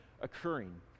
occurring